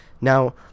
Now